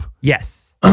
Yes